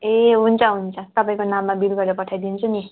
ए हुन्छ हुन्छ तपाईँको नाममा बिल गरेर पठाइदिन्छु नि